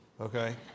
okay